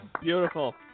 Beautiful